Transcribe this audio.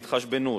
להתחשבנות,